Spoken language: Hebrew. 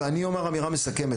ואני אומר אמירה מסכמת.